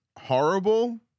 horrible